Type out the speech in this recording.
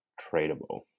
tradable